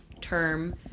term